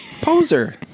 Poser